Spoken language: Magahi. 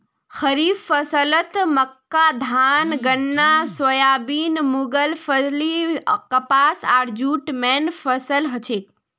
खड़ीफ फसलत मक्का धान गन्ना सोयाबीन मूंगफली कपास आर जूट मेन फसल हछेक